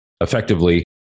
effectively